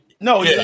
No